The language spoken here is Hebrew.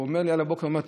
על הבוקר.